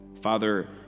Father